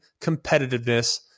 competitiveness